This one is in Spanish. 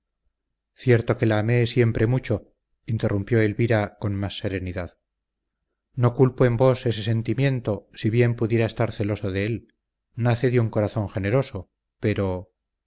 cierto que la amé siempre mucho interrumpió elvira con más serenidad no culpo en vos ese sentimiento si bien pudiera estar celoso de él nace de un corazón generoso pero